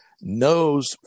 knows